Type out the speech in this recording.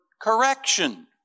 correction